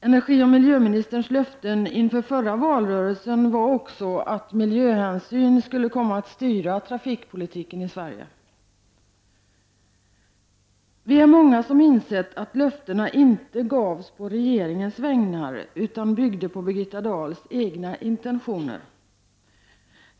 Energioch miljöministerns löften inför förra valrörelsen var också att miljöhänsyn skulle komma att styra trafikpolitiken i Sverige. Vi är många som insett att löftena inte gavs på regeringens vägnar utan byggde på Birgitta Dahls egna intentioner.